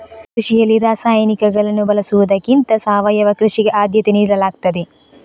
ಕೃಷಿಯಲ್ಲಿ ರಾಸಾಯನಿಕಗಳನ್ನು ಬಳಸುವುದಕ್ಕಿಂತ ಸಾವಯವ ಕೃಷಿಗೆ ಆದ್ಯತೆ ನೀಡಲಾಗ್ತದೆ